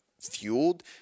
fueled